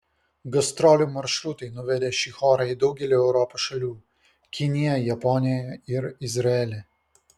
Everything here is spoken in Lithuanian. gastrolių maršrutai nuvedė šį chorą į daugelį europos šalių kiniją japoniją ir izraelį